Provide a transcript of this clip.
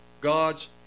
God's